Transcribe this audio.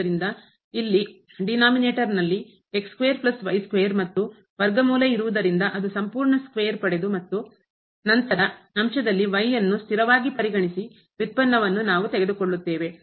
ಆದ್ದರಿಂದ ಇಲ್ಲಿ ಡಿನೋಮಿನೇಟರ್ನಲ್ಲಿ ಮತ್ತು ವರ್ಗಮೂಲ ಇರುವುದರಿಂದ ಅದರ ಸಂಪೂರ್ಣ ಸ್ಕ್ವೇರ್ ಚೌಕ ಪಡೆದು ಮತ್ತು ನಂತರ ಅಂಶದಲ್ಲಿ y ಅನ್ನು ಸ್ಥಿರವಾಗಿ ಪರಿಗಣಿಸಿ ವ್ಯುತ್ಪನ್ನವನ್ನು ನಾವು ತೆಗೆದುಕೊಳ್ಳುತ್ತೇವೆ